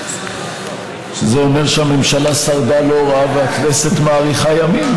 זה אומר שהממשלה שרדה לא רע והכנסת מאריכה ימים.